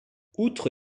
outre